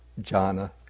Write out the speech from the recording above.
jhana